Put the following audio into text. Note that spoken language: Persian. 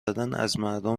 مردم